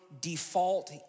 default